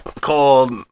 called